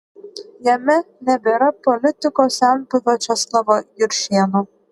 jame nebėra politikos senbuvio česlovo juršėno